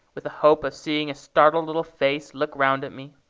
with the hope of seeing a startled little face look round at me.